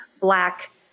black